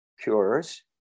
cures